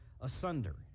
asunder